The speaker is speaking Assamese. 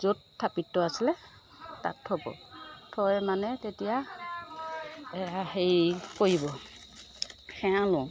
য'ত থাপিত আছিলে তাত থ'ব থৈ মানে তেতিয়া এইয়া হেৰি কৰিব সেৱা লওঁ